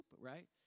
right